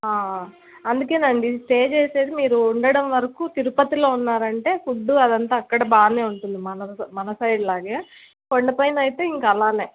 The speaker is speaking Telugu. అందుకని అండి స్టే చేసేది మీరు ఉండడం వరకు తిరుపతిలో ఉన్నారు అంటే ఫుడ్డు అది అంతా అక్కడ బాగా వుంటుంది మన సైడ్ లాగా కొండపైన అయితే ఇంకా అలానే